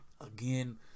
Again